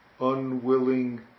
unwilling